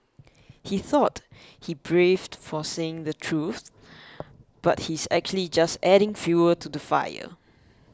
he thought he's braved for saying the truth but he's actually just adding fuel to the fire